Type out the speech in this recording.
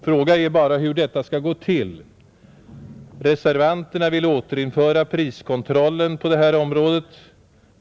Frågan är bara hur detta skall gå till. Reservanterna vill återinföra priskontrollen på detta område.